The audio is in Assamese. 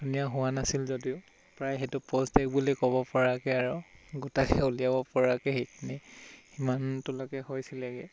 ধুনীয়া হোৱা নাছিল যদিও প্ৰায় সেইটো প'চ্ছ্ড এগ বুলি ক'ব পৰাকৈ আৰু গোটাকৈ উলিয়াব পৰাকৈ সেইখিনি সিমানটোলৈকে হৈছিলেগৈ